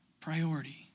priority